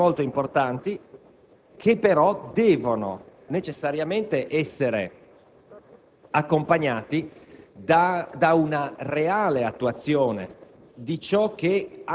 di elementi molto importanti, che però devono necessariamente essere accompagnati da una reale attuazione